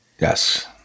Yes